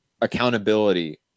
accountability